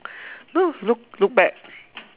no look look back